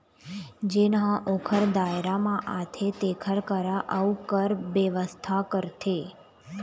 जेन ह ओखर दायरा म आथे तेखर करा अउ कर बेवस्था करथे